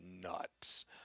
nuts